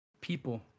people